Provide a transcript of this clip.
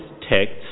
text